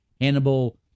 Hannibal